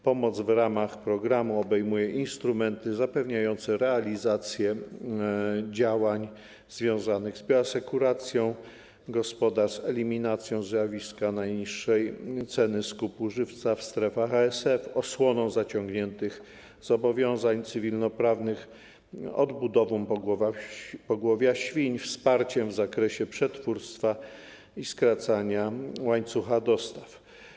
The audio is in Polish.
Pomoc w ramach programu obejmuje instrumenty zapewniające realizację działań związanych z bioasekuracją gospodarstw, eliminacją zjawiska najniższej ceny skupu żywca w strefach ASF, osłoną zaciągniętych zobowiązań cywilnoprawnych, odbudową pogłowia świń, wsparciem w zakresie przetwórstwa i skracania łańcucha dostaw.